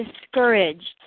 discouraged